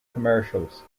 commercials